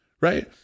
right